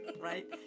right